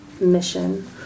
mission